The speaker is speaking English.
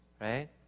right